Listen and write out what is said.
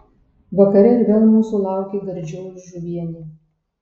vakare ir vėl mūsų laukė gardžioji žuvienė